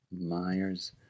Myers